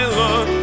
look